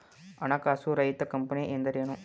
ಹಣಕಾಸು ರಹಿತ ಕಂಪನಿ ಎಂದರೇನು?